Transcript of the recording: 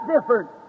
different